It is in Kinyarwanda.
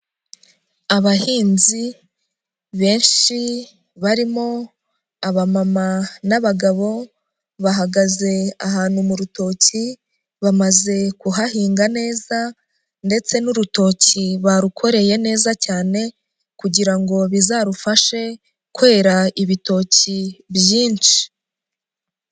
Abahinzi benshi barimo abamama n'abagabo bahagaze ahantu mu rutoki, bamaze kuhahinga neza ndetse n'urutoki barukoreye neza cyane kugira ngo bizarufashe kwera ibitoki byinshi.